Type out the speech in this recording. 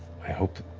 i hope